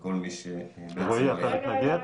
ועכשיו נבדוק את זה גם אתם.